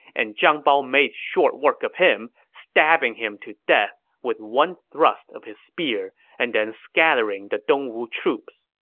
and zhang bao made short work of him, stabbing him to death with one thrust of his spear and then scattering the dongwu troops.